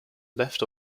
left